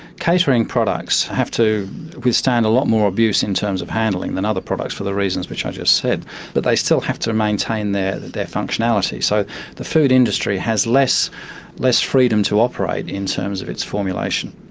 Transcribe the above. catering products have to withstand a lot more abuse in terms of handling than other products for the reasons which i just said, but they still have to maintain their their functionality, so the food industry has less less freedom to operate in terms of its formulation.